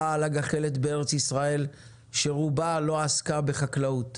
על הגחלת בארץ ישראל שרובה לא עסקה בחקלאות.